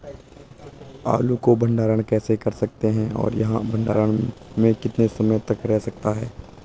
आलू को भंडारण कैसे कर सकते हैं और यह भंडारण में कितने समय तक रह सकता है?